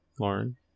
Lauren